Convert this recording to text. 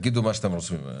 ואז תגידו מה שאתם רוצים.